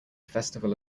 festival